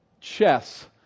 chess